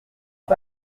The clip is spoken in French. est